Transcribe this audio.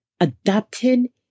adapting